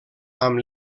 amb